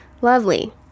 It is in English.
Lovely